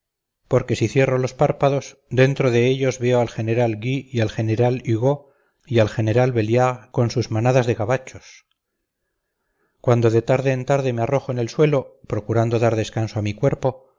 porque si cierro los párpados dentro de ellos veo al general gui y al general hugo y al general belliard con sus manadas de gabachos cuando de tarde en tarde me arrojo en el suelo procurando dar descanso a mi cuerpo